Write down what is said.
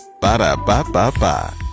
Ba-da-ba-ba-ba